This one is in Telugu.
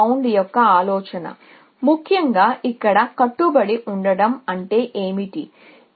ఈ ప్రక్రియలో మీరు శోధన స్థలాన్ని తగ్గించడానికి ప్రయత్నిస్తారు ముఖ్యంగా దీన్ని మినహాయించడం ద్వారా మేము ఏమి పొందగలం